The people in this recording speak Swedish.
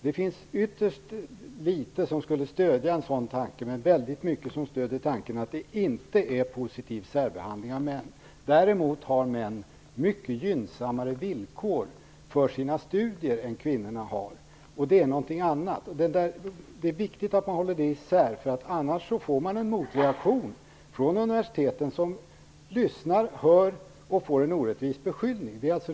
Det finns ytterst litet som skulle stöda en sådan tanke men väldigt mycket som stöder tanken att det inte är fråga om någon positiv särbehandling av män. Däremot har män mycket gynnsammare villkor för sina studier än kvinnorna har, och det är någonting annat. Det är viktigt att man håller isär detta, för annars kommer en motreaktion från universiteten, som lyssnar, hör och får en orättvis beskyllning.